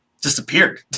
disappeared